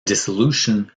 dissolution